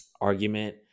argument